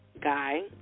guy